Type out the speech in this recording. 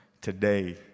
today